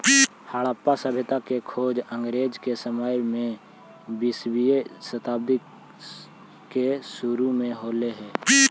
हड़प्पा सभ्यता के खोज अंग्रेज के समय में बीसवीं शताब्दी के सुरु में हो ले